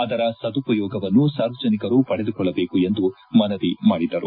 ಅದರ ಸದುಪಯೋಗವನ್ನು ಸಾರ್ವಜನಿಕರು ಪಡೆದುಕೊಳ್ಟಬೇಕು ಎಂದು ಮನವಿ ಮಾಡಿದರು